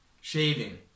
Shaving